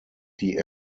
die